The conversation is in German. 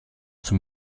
zum